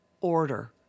order